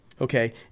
okay